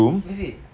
wait wait